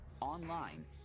online